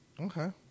Okay